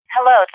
Hello